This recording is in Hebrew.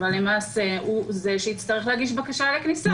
למעשה הוא זה שיצטרך להגיש בקשה לכניסה.